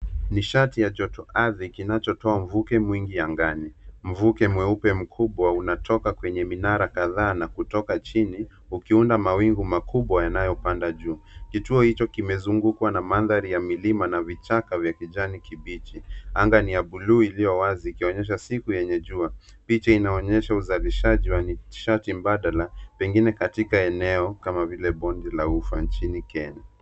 Nishati ya joto ardhi kinachotoa mvuke mwingi angani mvuke mweupe mkubwa unatoka kwenye minara kadhaa na kutoka chini ukiunda mawingu makubwa yanayopanda juu . Kituo hicho kimezungukwa na mandhari ya milima na vichaka vya kijani kibichi. Anga ni ya buluu iliyowazi ikionyesha siku yenye jua. Picha inaonyesha uzalishaji wa nishati mbadala pengine katika eneo kama vile bonde la ufa nchini Kenya.